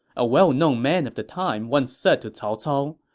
a well-known man of the time once said to cao cao,